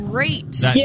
Great